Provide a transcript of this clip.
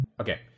Okay